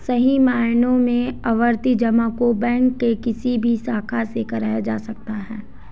सही मायनों में आवर्ती जमा को बैंक के किसी भी शाखा से कराया जा सकता है